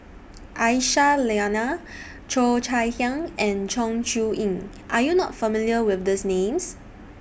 Aisyah Lyana Cheo Chai Hiang and Chong Siew Ying Are YOU not familiar with These Names